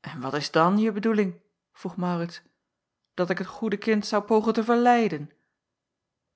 en wat is dan je bedoeling vroeg maurits dat ik het goede kind zou pogen te verleiden